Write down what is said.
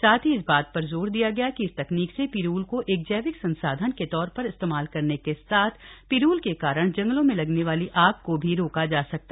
साथ ही इस बात पर जोर दिया गया कि इस तकनीक से पिरूल को एक जैविक संसाधन के तौर पर इस्तेमाल करने के साथ पिरूल के कारण जंगलों में लगने वाली आग को भी रोका जा सकेगा